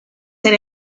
ser